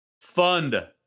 Fund